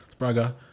Spraga